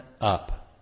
up